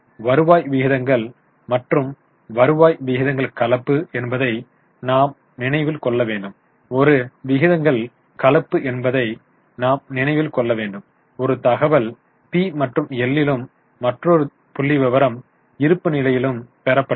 வருவாய் விகிதங்கள் மற்றும் வருவாய் விகிதங்கள் கலப்பு என்பதை நாம் நினைவில் கொள்ள வேண்டும் ஒரு தகவல் பி மற்றும் எல் லும் மற்றொரு புள்ளிவிவரம் இருப்புநிலை பெறப்பட்டது